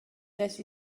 nes